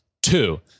Two